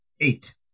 Eight